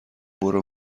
برو